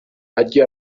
ajye